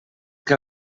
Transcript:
que